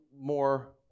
more